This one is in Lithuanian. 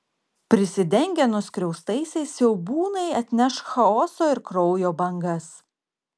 prisidengę nuskriaustaisiais siaubūnai atneš chaoso ir kraujo bangas